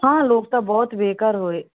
ਹਾਂ ਲੋਕ ਤਾਂ ਬਹੁਤ ਬੇਘਰ ਹੋਏ